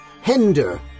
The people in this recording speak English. Hender